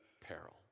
peril